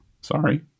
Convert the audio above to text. sorry